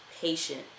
patient